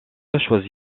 choisi